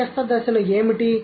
మధ్యస్థ దశలు ఏమిటి